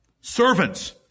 Servants